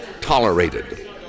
tolerated